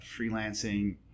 freelancing